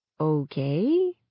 Okay